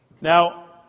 Now